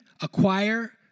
acquire